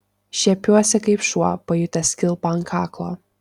šiepiuosi kaip šuo pajutęs kilpą ant kaklo